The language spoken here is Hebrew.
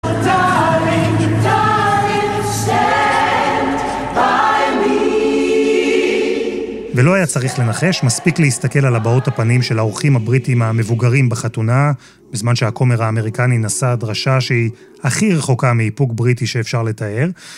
♪ Darling, darling, stand by me ♪ ולא היה צריך לנחש, מספיק להסתכל על הבעות הפנים של האורחים הבריטים המבוגרים בחתונה, בזמן שהכומר האמריקני נשא דרשה שהיא הכי רחוקה מאיפוק בריטי שאפשר לתאר.